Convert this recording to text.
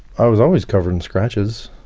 i was always covered in scratches.